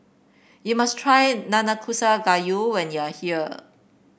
you must try Nanakusa Gayu when you are here